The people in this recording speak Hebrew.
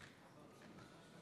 חבר הכנסת שי,